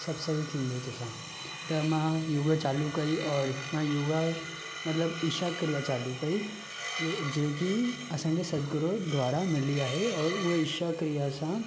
सभु सही थींदे तोसां त मां योगा चालू कई और मां योगा मतिलबु ईशा क्रिया चालू कई जेकी असां खे सदगुरू द्वारा मिली आहे और हुअ इशा क्रिया सां